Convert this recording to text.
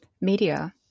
media